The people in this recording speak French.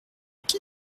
qui